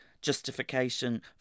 justification